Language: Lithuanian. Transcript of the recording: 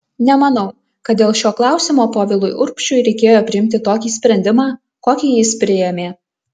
nemanau kad dėl šio klausimo povilui urbšiui reikėjo priimti tokį sprendimą kokį jis priėmė